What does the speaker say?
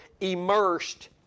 immersed